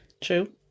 True